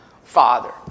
Father